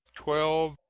twelve,